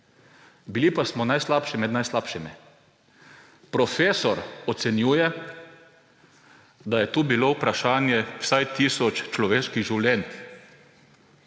bili pa smo najslabši med najslabšimi. Profesor ocenjuje, da je tu bilo vprašanje vsaj tisoč človeških življenj.